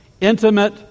intimate